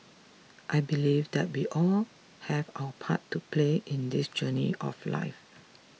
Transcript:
I believe that we all have our part to play in this journey of life